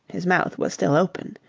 his mouth was still open.